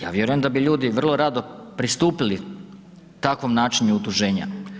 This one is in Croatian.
Ja vjerujem da bi ljudi vrlo rado pristupili takvom načinu utuženja.